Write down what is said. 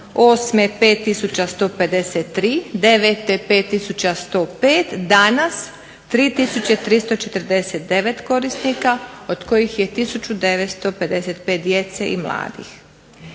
8. 5153, 9. 5105, danas 3349 korisnika od kojih je 1955 djece i mladih.